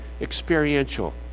experiential